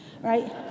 right